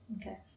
Okay